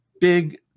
big